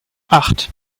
acht